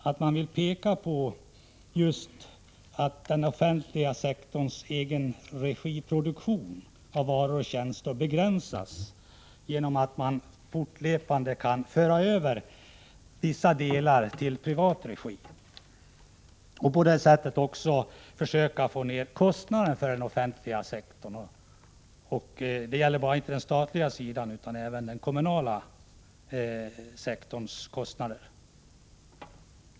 Vi vill peka på att den offentliga egenregiproduktionen av varor och tjänster bör begränsas genom att man fortlöpande för över vissa delar till privat regi och på det sättet också försöker få ner kostnaderna för den offentliga sektorn. Det gäller inte bara den statliga sidan utan även den kommunala sektorn.